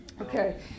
okay